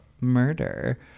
Murder